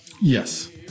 Yes